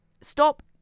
stop